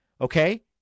Okay